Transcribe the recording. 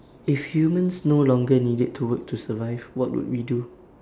if humans no longer needed to work to survive what would we do